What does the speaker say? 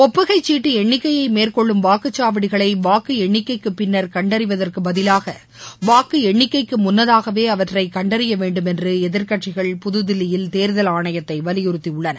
ஒப்புகைச்சீட்டு எண்ணிக்கையை மேற்கொள்ளும் வாக்குச்சாவடிகளை வாக்கு எண்ணிக்கைக்கு பின்னர் கண்டறிவதற்கு பதிவாக வாக்கு எண்ணிக்கைக்கு முன்னதாகவே அவற்றை கண்டறியவேண்டும் என்று எதிர்க்கட்சிகள் புதுதில்லியில் தேர்தல் ஆணையத்தை வலியுறுத்தியுள்ளன